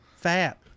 fat